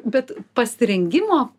bet pasirengimo